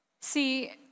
See